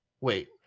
Wait